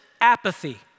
apathy